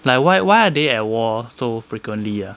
like why why are they at war so frequently ah